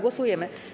Głosujemy.